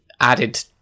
added